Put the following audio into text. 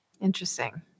Interesting